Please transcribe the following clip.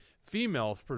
Female